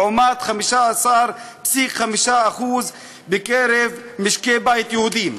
לעומת 15.5% בקרב משקי בית יהודיים.